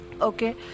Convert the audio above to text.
okay